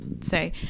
say